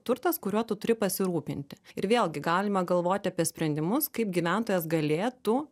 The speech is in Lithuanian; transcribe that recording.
turtas kuriuo tu turi pasirūpinti ir vėlgi galima galvoti apie sprendimus kaip gyventojas galėtų